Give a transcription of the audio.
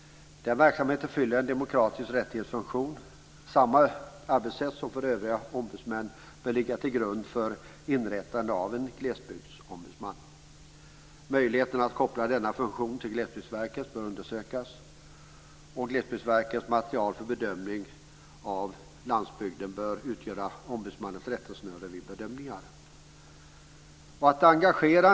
Den verksamheten fyller en demokratisk rättighetsfunktion. Samma arbetssätt som för de övriga ombudsmännen bör ligga till grund för inrättandet av en glesbygdsombudsman. Möjligheten att koppla denna funktion till Glesbygdsverket bör undersökas. Glesbygdsverkets material för bedömning av landsbygden bör utgöra ombudsmannens rättesnöre vid bedömningar.